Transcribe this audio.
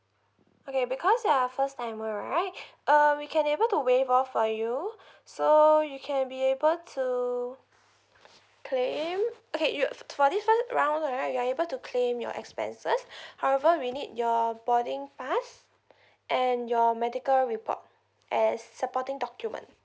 okay because you are first timer right uh we can able to waive off for you so you can be able to claim okay you for this first round right you are able to claim your expenses however we need your boarding pass and your medical report as supporting document